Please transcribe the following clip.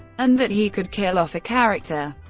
and that he could kill off a character.